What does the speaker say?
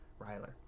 Ryler